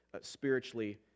spiritually